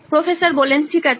professor ঠিক আছে